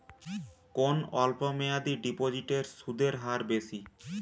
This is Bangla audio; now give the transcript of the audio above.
কোন অল্প মেয়াদি ডিপোজিটের সুদের হার বেশি?